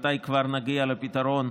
מתי כבר נגיע לפתרון,